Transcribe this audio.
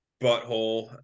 butthole